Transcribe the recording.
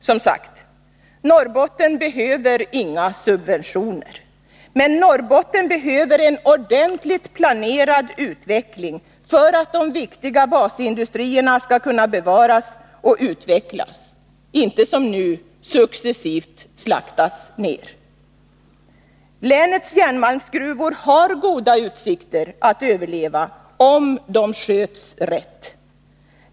Som sagt: Norrbotten behöver inga subventioner. Men Norrbotten behöver en ordentligt planerad utveckling för att de viktiga basindustrierna skall kunna bevaras och utvecklas — och inte som nu successivt slaktas ned. Länets järnmalmsgruvor har goda utsikter att överleva om de sköts rätt.